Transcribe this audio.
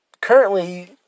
currently